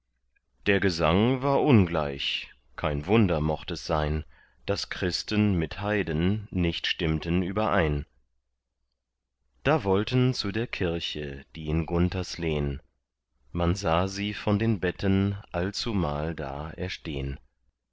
der gesang war ungleich kein wunder mocht es sein daß christen mit heiden nicht stimmten überein da wollten zu der kirche die in gunthers lehn man sah sie von den betten allzumal da erstehn